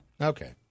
Okay